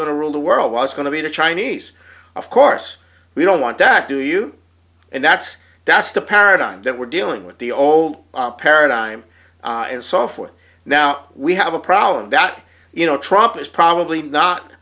going to rule the world was going to be the chinese of course we don't want that do you and that's that's the paradigm that we're dealing with the old paradigm and so for now we have a problem that you know trump is probably not